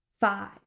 Five